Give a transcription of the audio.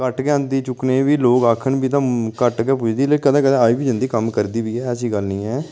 घट्ट गै औंदी चुक्कने ई बी तां ते लोक आखन बी तां घट्ट गै पुजदी ते कदें कदें आई बी जंदी कम्म करदी बी ऐ ऐसी गल्ल निं ऐ